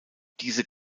diese